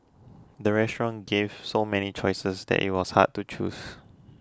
the restaurant gave so many choices that it was hard to choose